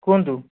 କୁହନ୍ତୁ